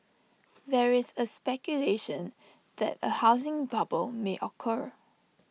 there is A speculation that A housing bubble may occur